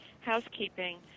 housekeeping